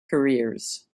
careers